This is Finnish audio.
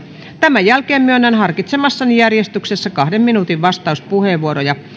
tämän jälkeen myönnän harkitsemassani järjestyksessä kahden minuutin vastauspuheenvuoroja